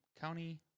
county